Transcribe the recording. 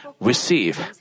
receive